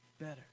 Better